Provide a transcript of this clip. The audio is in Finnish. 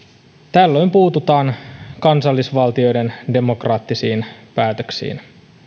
tällöin puututaan kansallisvaltioiden demokraattisiin päätöksiin